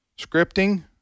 scripting